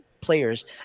players